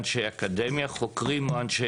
פעולה בין משרדי בכל מה שקשור למחקר ופיתוח,